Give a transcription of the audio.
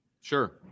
Sure